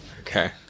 Okay